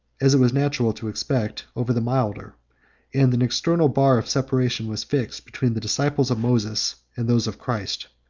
as it was natural to expect, over the milder and an eternal bar of separation was fixed between the disciples of moses and those of christ.